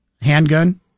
Handgun